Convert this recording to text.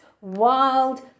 wild